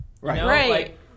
Right